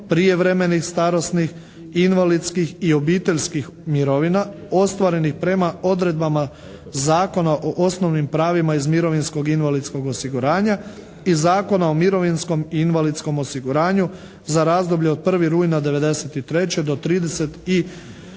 prijevremenih starosnih, invalidskih i obiteljskih mirovina ostvarenih prema odredbama Zakona o osnovnim pravima iz mirovinskom i invalidskog osiguranja i Zakona o mirovinskom i invalidskom osiguranju za razdoblje od 1. rujna '93. do 31.